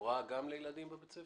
גם את הורה לילדים בבית הספר?